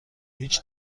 هیچ